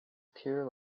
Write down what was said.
pure